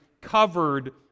covered